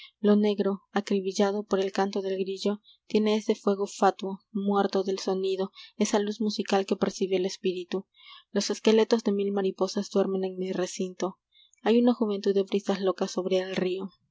lo negro acribillado por el canto del grillo tiene ese fuego fatuo muerto del sonido esa luz musical que percibe el espíritu los esqueletos de mil mariposas duermen en mi recinto hay una juventud de brisas locas sobre el rio